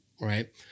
right